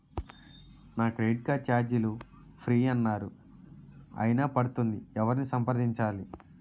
నా credit card ఛార్జీలు free అన్నారు అయినా పడుతుంది ఎవరిని సంప్రదించాలి?